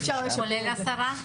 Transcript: כולל השרה?